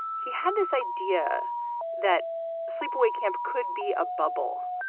he had this idea that sleepaway camp could be a bubble,